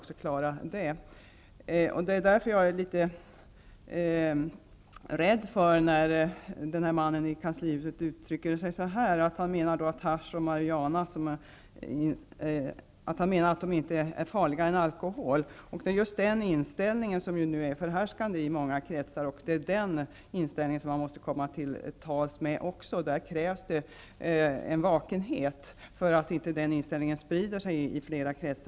Därför blir jag litet rädd när den här mannen i kanslihuset menar att hasch och marijuana inte är farligare än alkohol. Det är ju just den inställningen som nu är förhärskande i många kretsar. Den måste man också komma till tals med. Det krävs en vakenhet så att den inställningen inte sprider sig i flera kretsar.